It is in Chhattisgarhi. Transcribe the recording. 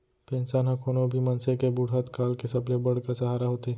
पेंसन ह कोनो भी मनसे के बुड़हत काल के सबले बड़का सहारा होथे